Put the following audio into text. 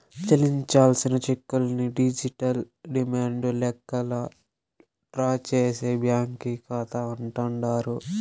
చెల్లించాల్సిన చెక్కుల్ని digital demand లెక్కల్లా డ్రా చేసే బ్యాంకీ కాతా అంటాండారు